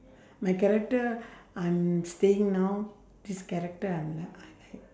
my character I'm staying now this character ah I'm like